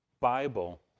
Bible